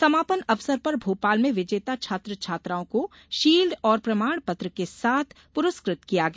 समापन अवसर पर भोपाल में विजेता छात्र छात्राओं को शील्ड और प्रमाण पत्र के साथ पुरस्कृत किया गया